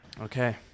Okay